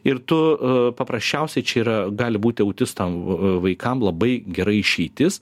ir tu paprasčiausiai čia yra gali būti autistam vaikam labai gera išeitis